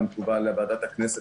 גם תובא לוועדת הכנסת,